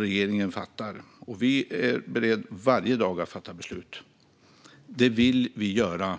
Regeringen är varje dag beredd att fatta beslut och vill göra det